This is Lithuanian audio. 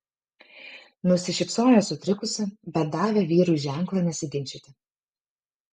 nusišypsojo sutrikusi bet davė vyrui ženklą nesiginčyti